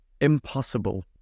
impossible